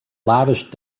lavish